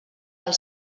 del